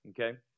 Okay